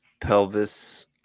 pelvis